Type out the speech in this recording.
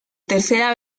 tercera